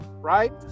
right